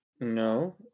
No